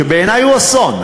שבעיני היא אסון,